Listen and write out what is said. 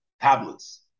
tablets